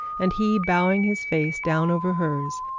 and he, bowing his face down over hers,